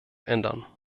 ändern